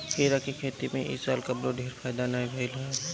खीरा के खेती में इ साल कवनो ढेर फायदा नाइ भइल हअ